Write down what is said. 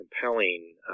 compelling